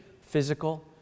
physical